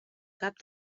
cap